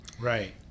Right